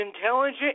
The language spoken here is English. intelligent